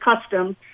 custom